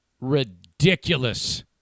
ridiculous